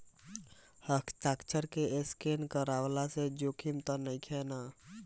हस्ताक्षर के स्केन करवला से जोखिम त नइखे न?